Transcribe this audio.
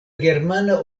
germana